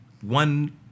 one